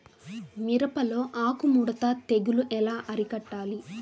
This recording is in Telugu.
మిరపలో ఆకు ముడత తెగులు ఎలా అరికట్టాలి?